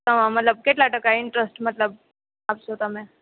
કેટલા ટકા ઇન્ટરેસ્ટ મતલબ આપશો તમે